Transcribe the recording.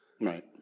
Right